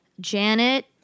Janet